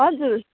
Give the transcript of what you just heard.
हजुर